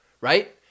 right